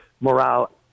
morale